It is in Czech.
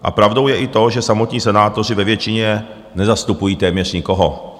A pravdou je i to, že samotní senátoři ve většině nezastupují téměř nikoho.